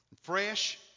fresh